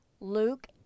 Luke